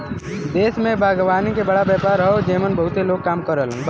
देश में बागवानी के बड़ा व्यापार हौ जेमन बहुते लोग काम करलन